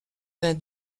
d’un